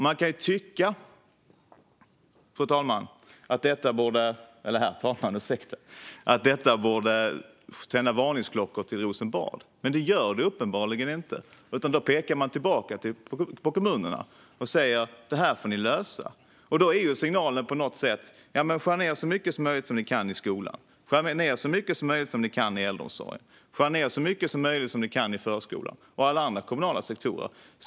Man kan ju tycka, herr ålderspresident, att detta borde tända varningsklockor till Rosenbad. Men det gör det uppenbarligen inte, utan man pekar tillbaka på kommunerna och säger att detta får de lösa. Då är signalen: Skär ned så mycket som ni kan på skolan, på äldreomsorgen, på förskolan och på alla andra kommunala sektorer.